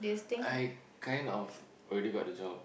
I kind of already got the job